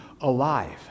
alive